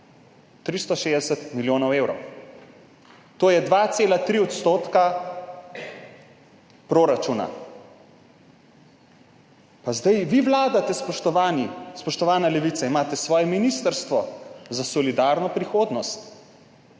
360 milijonov evrov. To je 2,3 odstotka proračuna. Pa zdaj vi vladate, spoštovani, spoštovana Levica, imate svoje Ministrstvo za solidarno prihodnost,